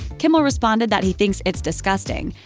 kimmel responded that he thinks it's disgusting.